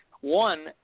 One